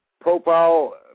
profile